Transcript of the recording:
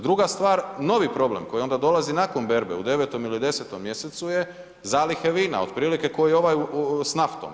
Druga stvar, novi problem koji onda dolazi nakon berbe u 9. ili 10. mj. je zalihe vina, otprilike ko i ovaj s naftom.